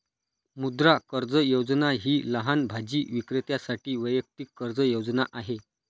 मुद्रा कर्ज योजना ही लहान भाजी विक्रेत्यांसाठी वैयक्तिक कर्ज योजना आहे